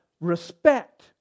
respect